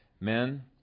Men